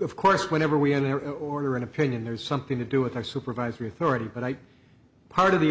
of course whenever we enter order an opinion there's something to do with our supervisory authority but i part of the